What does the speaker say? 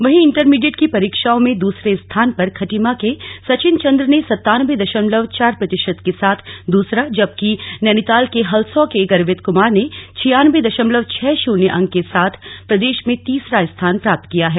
वहीं इण्टरमीडिएट की परीक्षाओं में दसरे स्थान पर खटीमा के सचिन चन्द्र ने सतानब्बे दशमलव चार प्रतिशत के साथ दूसरा जबकि नैनीताल के हल्सॉ के गर्वित कुमार ने छियानब्बे दशमलव छह शुन्य अंक के साथ प्रदेश में तीसरा स्थान प्राप्त किया है